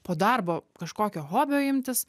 po darbo kažkokio hobio imtis